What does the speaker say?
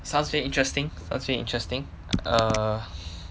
sounds very interesting sounds very interesting err